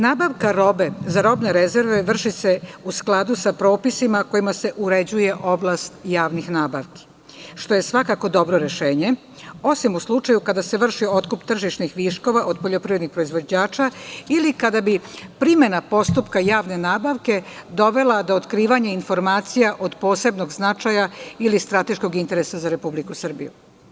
Nabavka robe za robne rezerve vrši se u skladu sa propisima kojima se uređuje oblast javnih nabavki, što je svakako dobro rešenje, osim u slučaju kada se vrši otkup tržišnih viškova od poljoprivrednih proizvođača ili kada bi primena postupka i javne nabavke dovela do otkrivanja informacija od posebnog značaja ili strateškog interesa za Republiku Srbiju.